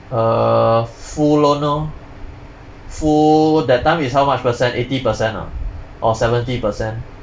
uh full loan orh full that time is how much percent eighty percent ah or seventy percent